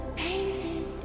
painting